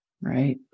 Right